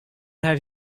have